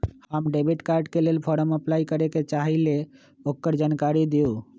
हम debit card के लेल फॉर्म अपलाई करे के चाहीं ल ओकर जानकारी दीउ?